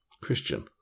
Christian